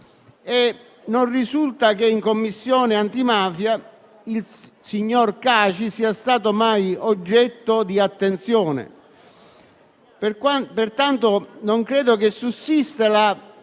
non risulta che in Commissione antimafia il signor Caci sia stato mai oggetto di attenzione. Pertanto non credo sussista la